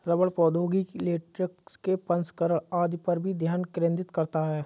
रबड़ प्रौद्योगिकी लेटेक्स के प्रसंस्करण आदि पर भी ध्यान केंद्रित करता है